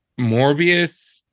Morbius